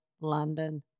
London